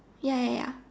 ya ya ya